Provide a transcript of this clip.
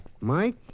Mike